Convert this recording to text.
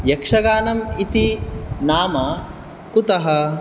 यक्षगानम् इति नाम कुतः